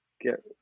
get